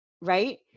Right